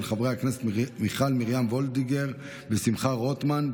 של חברי הכנסת מיכל מרים וולדיגר ושמחה רוטמן,